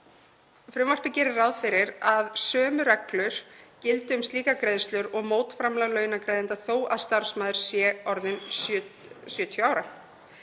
Frumvarpið gerir ráð fyrir að sömu reglur gildi um slíkar greiðslur og mótframlag launagreiðanda þó að starfsmaður sé orðinn 70 ára.